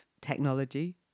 technology